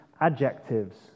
adjectives